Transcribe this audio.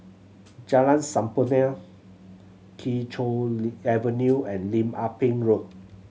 Jalan Sampurna Kee Choe Avenue and Lim Ah Pin Road